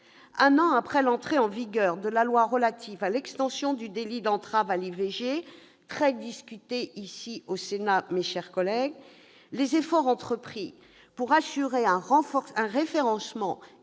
Un an après l'entrée en vigueur de la loi relative à l'extension du délit d'entrave à l'IVG, très discutée au Sénat, les efforts entrepris pour assurer un référencement